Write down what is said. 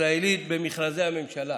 ישראלית במכרזי הממשלה.